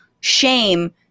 shame